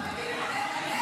טיבי לא מנהל את הכנסת.